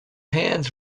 hands